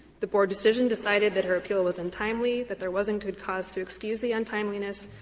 the board decision decided that her appeal was untimely, that there wasn't good cause to excuse the untimeliness.